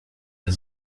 ihr